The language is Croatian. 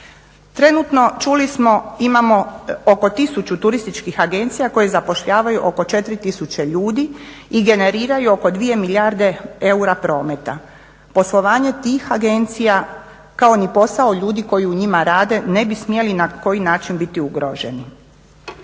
Trenutno čuli smo imamo oko tisuću turističkih agencija koje zapošljavaju oko 4 tisuće ljudi i generiraju oko 2 milijarde eura prometa. Poslovanje tih agencija kao ni posao ljudi koji u njima rade ne bi smjeli ni na koji način biti ugroženi.